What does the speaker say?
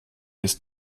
ist